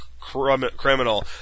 criminal